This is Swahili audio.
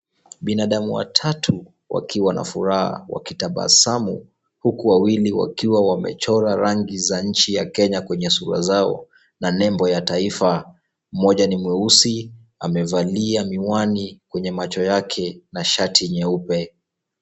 Binadamu watatu wakiwa na furaha wakitabasamu huku wawili wakiwa wamechora rangi ya nchi ya Kenya kwenye sura zao na nembo ya taifa, mmoja ni mweusi amevalia miwani kwenye macho yake na shati nyeupe.